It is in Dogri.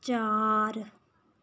चार